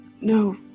No